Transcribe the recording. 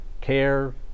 care